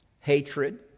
hatred